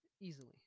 Easily